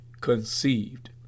conceived